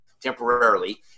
temporarily